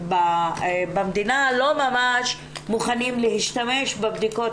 שבמדינה לא ממש מוכנים להשתמש בבדיקות